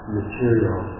material